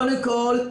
קודם כול,